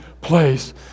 place